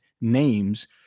names